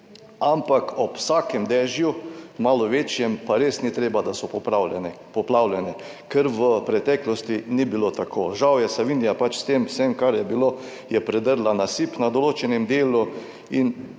ampak ob vsakem dežju, malo večjem, pa res ni treba, da so poplavljene, ker v preteklosti ni bilo tako. Žal je Savinja pač s tem vsem, kar je bilo, je predrla nasip na določenem delu in